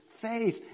faith